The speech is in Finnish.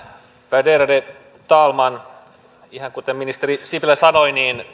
värderade talman ihan kuten ministeri sipilä sanoi